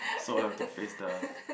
so I have to face the